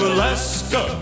Alaska